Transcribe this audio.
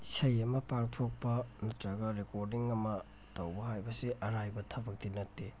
ꯏꯁꯩ ꯑꯃ ꯄꯥꯡꯊꯣꯛꯄ ꯅꯠꯇ꯭ꯔꯒ ꯔꯦꯀꯣꯔꯗꯤꯡ ꯑꯃ ꯇꯧꯕ ꯍꯥꯏꯕꯁꯤ ꯑꯔꯥꯏꯕ ꯊꯕꯛꯇꯤ ꯅꯠꯇꯦ